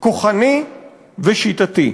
כוחני ושיטתי.